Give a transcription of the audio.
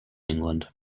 england